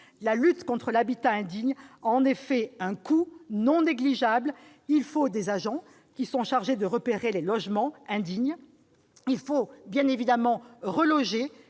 La lutte contre l'habitat indigne a en effet un coût non négligeable : il faut des agents chargés de repérer les logements indignes ; il faut reloger